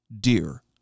dear